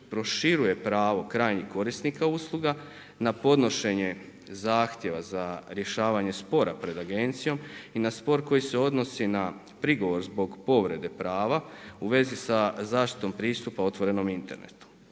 proširuje pravo krajnjih korisnika usluga na podnošenje zahtjeva za rješavanje spora pred agencijom i na spor koji se odnosi na prigovor zbog povrede prava u vezi sa zaštitom pristupa otvorenom internetu.